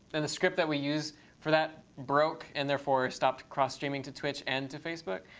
and the script that we use for that broke and therefore stopped cross streaming to twitch and to facebook.